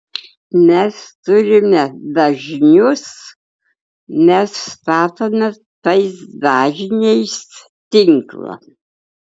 mes turime dažnius mes statome tais dažniais tinklą